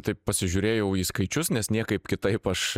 taip pasižiūrėjau į skaičius nes niekaip kitaip aš